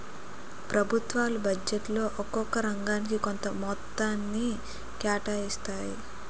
ప్రభుత్వాలు బడ్జెట్లో ఒక్కొక్క రంగానికి కొంత మొత్తాన్ని కేటాయిస్తాయి